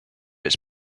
its